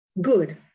Good